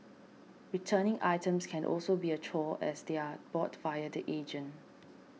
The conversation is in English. returning items can also be a chore as they are bought via the agent